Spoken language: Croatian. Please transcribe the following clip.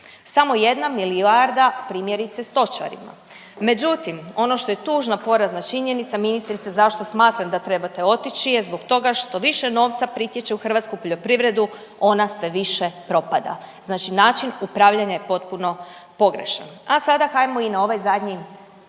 Samo jedna milijarda primjerice stočarima. Međutim, ono što je tužna porazna činjenica ministrice zašto smatram da trebate otići je zbog toga što više novca pritječe u hrvatsku poljoprivredu ona sve više propada. Znači način upravljanja je potpuno pogrešan. A sada hajmo i na ovaj zadnji